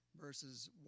verses